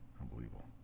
unbelievable